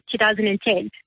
2010